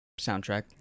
soundtrack